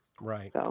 Right